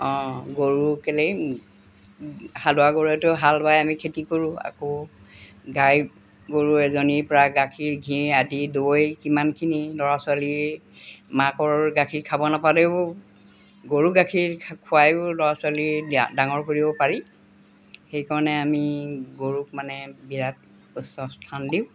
অ' গৰু কেলেই হালোৱা গৰুৱেটো হাল বাই আমি খেতি কৰোঁ আকৌ গাই গৰু এজনীৰ পৰা গাখীৰ ঘি আদি দৈ কিমানখিনি ল'ৰা ছোৱালীৰ মাকৰ গাখীৰ খাব নাপালেও গৰু গাখীৰ খুৱায়ো ল'ৰা ছোৱালী ডাঙৰ কৰিব পাৰি সেইকাৰণে আমি গৰুক মানে বিৰাট উচ্চ স্থান দিওঁ